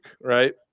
right